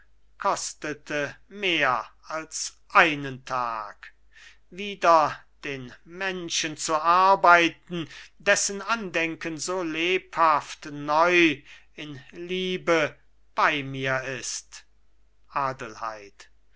kostete mehr als einen tag wider den menschen zu arbeiten dessen andenken so lebhaft neu in liebe bei mir ist adelheid